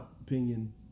opinion